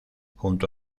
junto